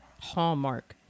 hallmark